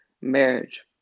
marriage